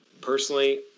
personally